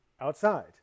outside